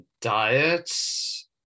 diets